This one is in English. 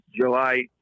July